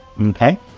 Okay